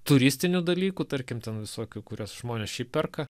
turistinių dalykų tarkim ten visokių kurias žmonės šiaip perka